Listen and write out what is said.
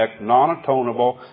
non-atonable